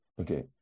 Okay